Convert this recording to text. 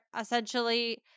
essentially